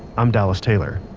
i'm dallas taylor.